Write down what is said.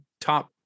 top